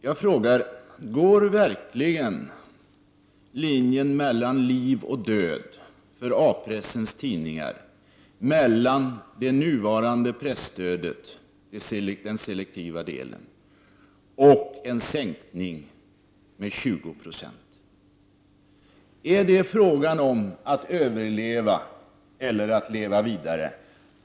Jag frågar: Går verkligen linjen mellan liv och död för A-pressens tidningar mellan det nuvarande presstödet, den selektiva delen, och en sänkning med 20 96? Är det fråga om att överleva eller att leva vidare?